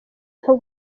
nko